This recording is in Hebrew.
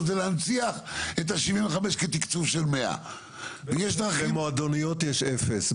זה להנציח את ה-75% כתקצוב של 100%. במועדוניות יש 0%,